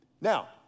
Now